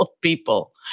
people